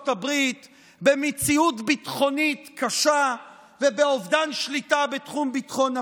הברית במציאות ביטחונית קשה ובאובדן שליטה בתחום ביטחון הפנים.